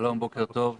בוקר טוב לכולם.